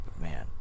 Man